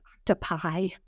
octopi